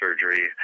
surgery